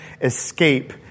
escape